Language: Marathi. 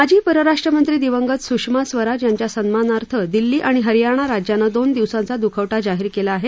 माजी परराष्ट्र मंत्री दिवंगत सुषमा स्वराज यांच्या सन्मानार्थ दिल्ली आणि हरियाणा राज्यानं दोन दिवसांचा दुखवटा जाहीर केला आहे